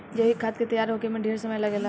जैविक खाद के तैयार होखे में ढेरे समय लागेला